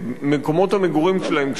את מקומות המגורים שלהם,